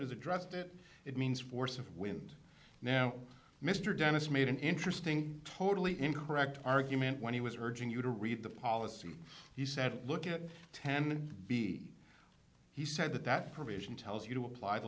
is addressed that it means force of wind now mr dennis made an interesting totally incorrect argument when he was urging you to read the policy he said look at ten b he said that that provision tells you to apply the